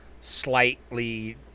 slightly